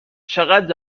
چقد